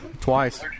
Twice